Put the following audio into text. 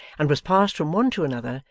and was passed from one to another,